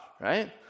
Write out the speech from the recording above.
right